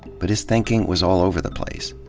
but his thinking was all over the place.